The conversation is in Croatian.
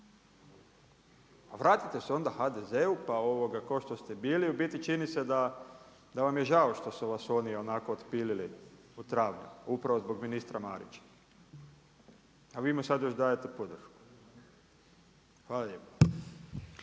A vratite se onda HDZ-u ko što ste bili, u biti čini se da vam je žao što su vas oni onako otpilili u travnju upravo zbog ministra Marića. A vi mu sad još dajete podršku. Hvala lijepo.